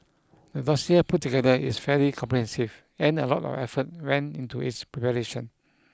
the dossier put together is fairly comprehensive and a lot of effort went into its preparation